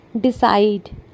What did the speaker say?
Decide